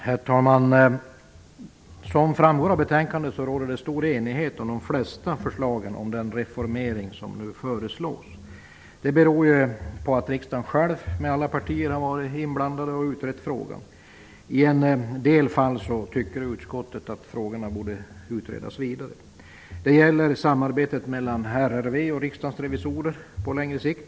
Herr talman! Som framgår av betänkandet råder det om den reformering som nu föreslås stor enighet om de flesta förslagen. Det beror ju på att riksdagen själv, med alla partier inblandade, har utrett frågan. I en del fall tycker utskottet att frågorna bör utredas vidare. Det gäller samarbetet mellan Riksrevisionsverket och Riksdagens revisorer på längre sikt.